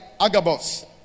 Agabus